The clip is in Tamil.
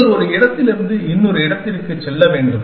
நீங்கள் ஒரு இடத்திலிருந்து இன்னொரு இடத்திற்கு செல்ல வேண்டும்